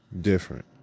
different